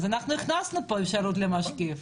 אז הכנסנו פה אשרות למשקיף.